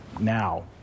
now